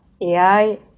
AI